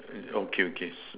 okay okay